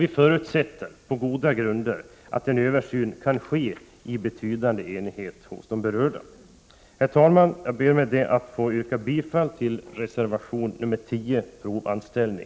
Vi förutsätter, på goda grunder, att en översyn kan ske i betydande enhet hos de berörda. Herr talman! Jag ber med det anförda att få yrka bifall till reservation 10 om provanställning.